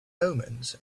omens